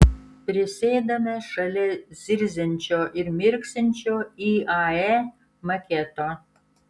prisėdame šalia zirziančio ir mirksinčio iae maketo